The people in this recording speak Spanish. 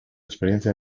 experiencia